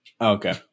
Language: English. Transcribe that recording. Okay